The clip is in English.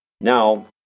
Now